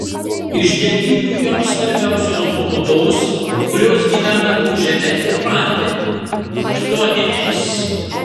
iš dievybių joms svarbiausios buvo tos kurios gyvena po žeme ir vandeniu chtoninės